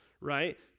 right